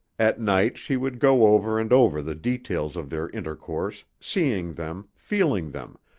at night she would go over and over the details of their intercourse, seeing them, feeling them,